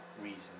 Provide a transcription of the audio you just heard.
reason